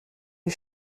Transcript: les